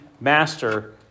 master